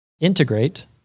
integrate